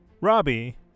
Robbie